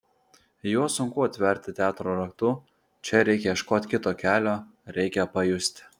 juos sunku atverti teatro raktu čia reikia ieškoti kito kelio reikia pajusti